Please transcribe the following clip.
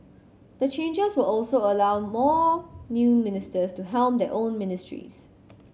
the changes will also allow more new ministers to helm their own ministries